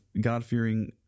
God-fearing